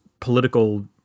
political